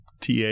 TA